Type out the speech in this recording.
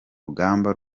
rugamba